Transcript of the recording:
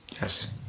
yes